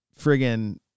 Friggin